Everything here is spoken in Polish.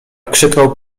krzyknął